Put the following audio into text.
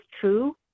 true